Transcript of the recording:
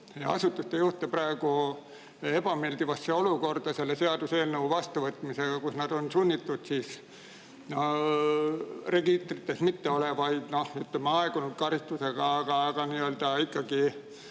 asutuste juhte praegu ebameeldivasse olukorda selle seaduseelnõu vastuvõtmisega, kuna nad on sunnitud registrites mitteolevaid, ütleme, aegunud karistusega, aga ikkagi